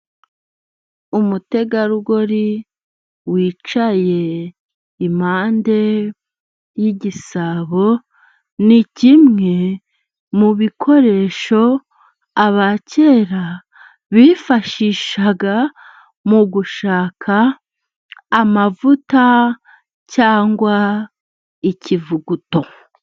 Umutegarugori wicaye impande y'igisabo. Ni kimwe mu bikoresho abakera bifashisha mu gushaka amavuta cyangwa ikivuguto.